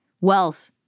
Wealth